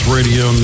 Radio